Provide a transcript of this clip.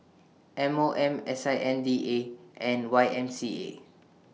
M O M S I N D A and Y M C A